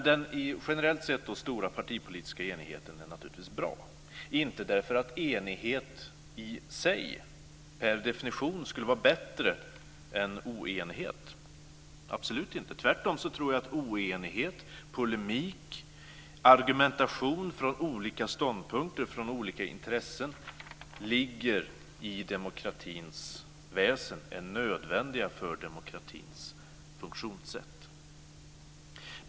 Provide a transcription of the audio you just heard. Den stora politiska enigheten generellt sett är bra, inte därför att enighet i sig per definition skulle vara bättre än oenighet - absolut inte. Tvärtom tror jag att oenighet, polemik och argumentation från olika ståndpunkter och från olika intressen ligger i demokratins väsen och är nödvändiga för demokratins funktionssätt.